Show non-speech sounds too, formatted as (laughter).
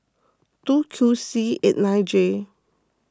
two (unintelligible) C eight nine J